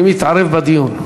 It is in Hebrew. אני מתערב בדיון.